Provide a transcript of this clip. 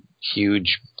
huge